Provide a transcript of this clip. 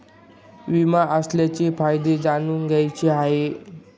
विमा असण्याचे फायदे जाणून घ्यायचे आहे